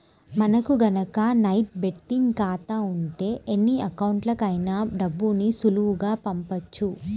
మనకి గనక net banking ఖాతా ఉంటే ఎన్ని అకౌంట్లకైనా డబ్బుని సులువుగా పంపొచ్చు